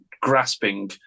grasping